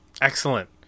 Excellent